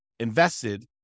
invested